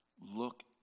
look